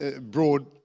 broad